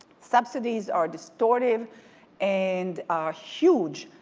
subsidies are distortive and are huge.